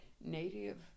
native